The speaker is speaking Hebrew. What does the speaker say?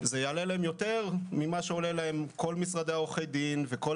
זה יעלה להם יותר ממה שעולים להם כל משרדי עורכי הדין וכל